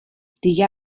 دیگه